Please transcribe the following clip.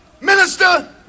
Minister